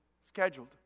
scheduled